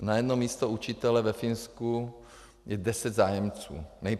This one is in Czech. Na jedno místo učitele ve Finsku je deset zájemců.